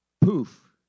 poof